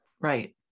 right